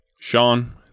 Sean